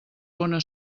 bona